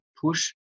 push